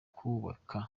kubaka